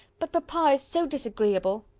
but papa is so disagreeable.